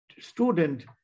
student